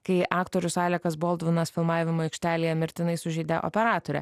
kai aktorius alekas boldvinas filmavimo aikštelėje mirtinai sužeidė operatorę